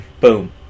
Boom